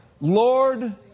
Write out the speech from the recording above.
Lord